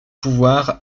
pouvoir